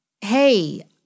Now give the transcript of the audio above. Hey